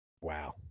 Wow